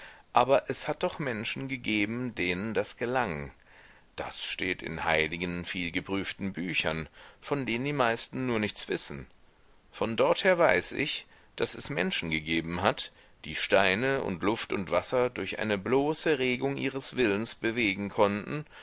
aber es hat doch menschen gegeben denen das gelang das steht in heiligen vielgeprüften büchern von denen die meisten nur nichts wissen von dorther weiß ich daß es menschen gegeben hat die steine und luft und wasser durch eine bloße regung ihres willens bewegen konnten